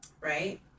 Right